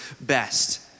best